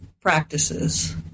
practices